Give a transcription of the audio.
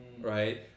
Right